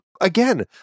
Again